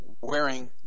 wearing